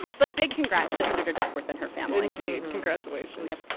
but big congrats to senator duckworth and her family indeed, congratulations